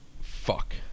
fuck